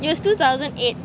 it was two thousand eight